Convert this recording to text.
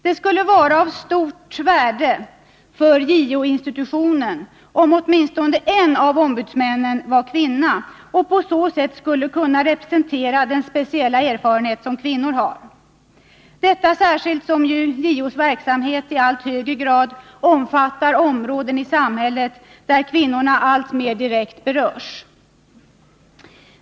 Det skulle vara av stort värde för JO-institutionen om åtminstone en av justitieombudsmännen var kvinna och på så sätt skulle kunna representera den speciella erfarenhet som kvinnor har — detta särskilt som JO:s verksamhet i allt högre grad omfattar områden i samhället där kvinnorna alltmer direkt berörs.